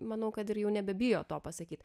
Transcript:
manau kad ir jau nebebijo to pasakyt